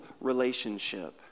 relationship